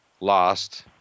lost